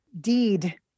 deed